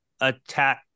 attack